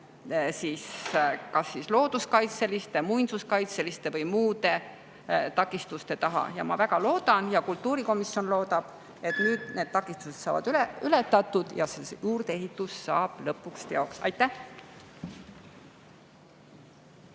teise, kas looduskaitselise, muinsuskaitselise või muu takistuse taha. Ma väga loodan ja kultuurikomisjon loodab, et nüüd need takistused saavad ületatud ja see juurdeehitus saab lõpuks teoks. Aitäh!